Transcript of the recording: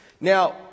Now